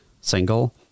single